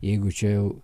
jeigu čia jau